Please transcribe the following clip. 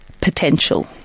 potential